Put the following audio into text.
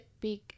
big